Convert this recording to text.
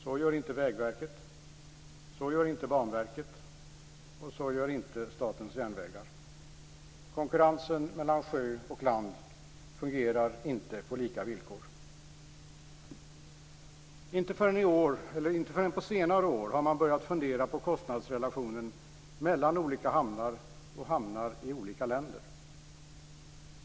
Så gör inte Vägverket, så gör inte Banverket och så gör inte Statens järnvägar. Konkurrensen mellan sjö och land fungerar inte på lika villkor. Inte förrän på senare år har man börjat fundera på kostnadsrelationerna mellan olika hamnar och hamnar i olika länder.